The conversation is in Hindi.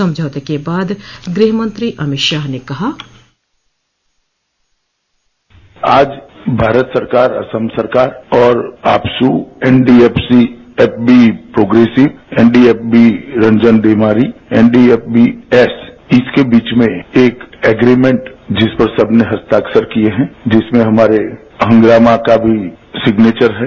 समझौते के बाद गृहमंत्री अमित शाह ने कहा आज भारत सरकार असम सरकार और आबसू एनडीएफसी तेतबी progressive NDFB Ranjan Daimary NDFBS इसके बीच में एक एग्रीमेंट जिस पर सबने हस्ताक्षर किए हैं जिसमें हमारे संगमा का भी सिग्नेचर है